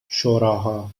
شوراها